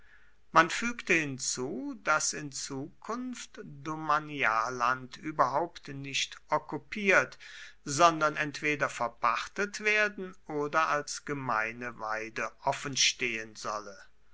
man fügte hinzu daß in zukunft domanialland überhaupt nicht okkupiert sondern entweder verpachtet werden oder als gemeine weide offenstehen solle